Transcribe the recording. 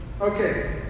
Okay